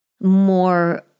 more